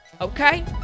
okay